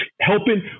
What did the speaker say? helping